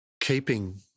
keeping